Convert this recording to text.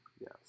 Yes